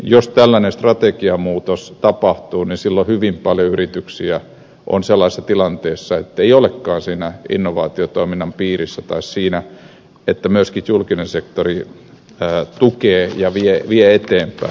jos tällainen strategiamuutos tapahtuu niin silloin hyvin paljon yrityksiä on sellaisessa tilanteessa ettei olekaan siinä innovaatiotoiminnan piirissä tai siinä että myöskin julkinen sektori tukee ja vie eteenpäin